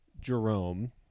Jerome